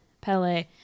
Pele